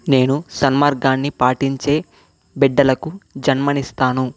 నేను సన్మార్గాన్ని పాటీంచే బిడ్డలకు జన్మనిస్తాను